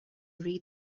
read